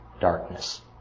darkness